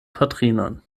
patrinon